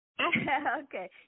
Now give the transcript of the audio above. Okay